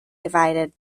divided